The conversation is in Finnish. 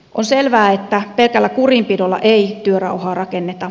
on selvää että pelkällä kurinpidolla ei työrauhaa rakenneta